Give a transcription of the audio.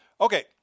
Okay